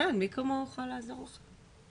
כן, מי כמוהו יוכל לעזור לכם.